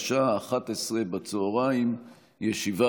בשעה 11:00.